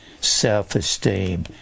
self-esteem